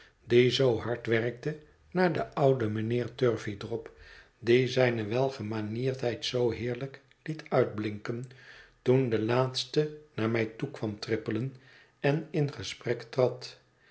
die zoo hard werkte naar den ouden mijnheer turveydrop die zijne welgemanierdheid zoo heerlijk liet uitblinken toen de laatste naar mij toe kwam trippelen en in gesprek trad